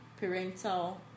parental